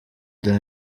the